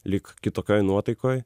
lyg kitokioj nuotaikoj